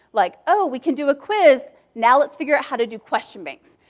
like oh, we can do a quiz, now let's figure out how to do question banks.